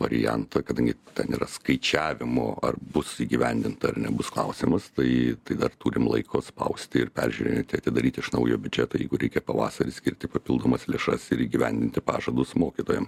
variantą kadangi ten yra skaičiavimo ar bus įgyvendinta ar nebus klausimas tai dar turim laiko spausti ir peržiūrinėti atidaryt iš naujo biudžetą jeigu reikia pavasarį skirti papildomas lėšas ir įgyvendinti pažadus mokytojam